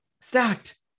stacked